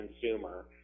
consumer